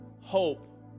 hope